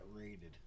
raided